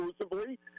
exclusively